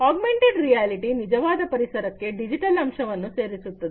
augmented ರಿಯಾಲಿಟಿಯ ನಿಜವಾದ ಪರಿಸರಕ್ಕೆ ಡಿಜಿಟಲ್ ಅಂಶಗಳನ್ನು ಸೇರಿಸುತ್ತದೆ